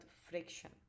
friction